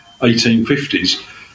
1850s